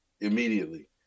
immediately